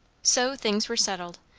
so things were settled,